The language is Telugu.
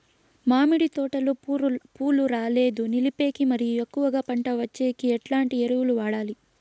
మామిడి తోటలో పూలు రాలేదు నిలిపేకి మరియు ఎక్కువగా పంట వచ్చేకి ఎట్లాంటి ఎరువులు వాడాలి?